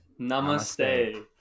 Namaste